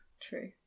True